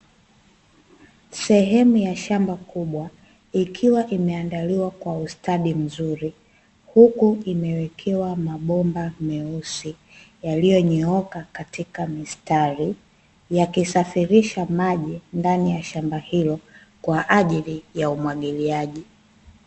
Sehemu ya shamba kubwa ikiwa imeandaliwa kwa ustadi mzuri, huku imewekewa mabomba meusi yaliyonyooka katika mistari, yakisafirisha maji ndani ya shamba hilo kwa ajili ya umwagiliaji.